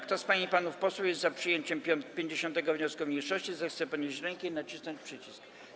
Kto z pań i panów posłów jest za przyjęciem 50. wniosku mniejszości, zechce podnieść rękę i nacisnąć przycisk.